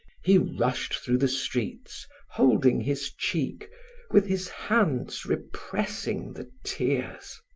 he rushed through the streets, holding his cheek with his hands repressing the tears.